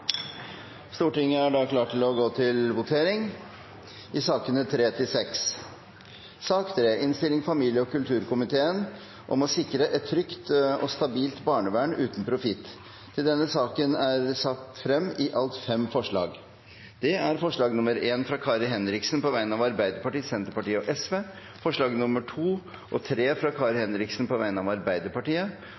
Stortinget klar til å gå til votering over sakene nr. 3–6. Under debatten er det satt frem i alt fem forslag. Det er forslag nr. 1, fra Kari Henriksen på vegne av Arbeiderpartiet, Senterpartiet og Sosialistisk Venstreparti forslagene nr. 2 og 3, fra Kari Henriksen på vegne av Arbeiderpartiet